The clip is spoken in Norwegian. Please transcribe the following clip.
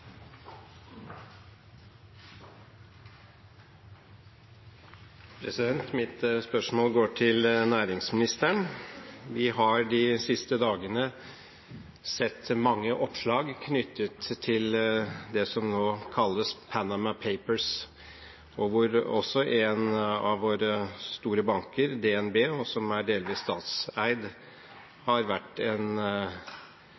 hovedspørsmål. Mitt spørsmål går til næringsministeren: Vi har de siste dagene sett mange oppslag knyttet til det som nå kalles Panama Papers, og hvor også en av våre store banker, DNB, som er delvis